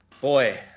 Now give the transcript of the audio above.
Boy